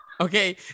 okay